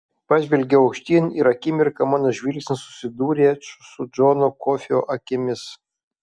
pažvelgiau aukštyn ir akimirką mano žvilgsnis susidūrė su džono kofio akimis